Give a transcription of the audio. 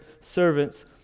servants